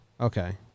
Okay